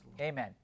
Amen